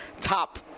top